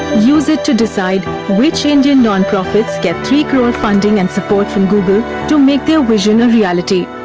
use it to decide which indian nonprofits get three crore funding and support from google to make their vision a reality.